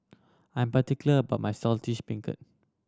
I am particular about my Saltish Beancurd